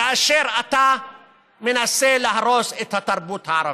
כאשר אתה מנסה להרוס את התרבות הערבית,